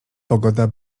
pogoda